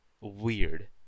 weird